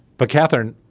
but kathyrn.